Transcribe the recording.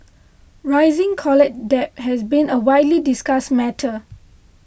rising college debt has been a widely discussed matter